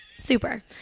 super